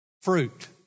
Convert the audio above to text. Fruit